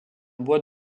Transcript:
bois